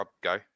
go